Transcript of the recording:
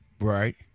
Right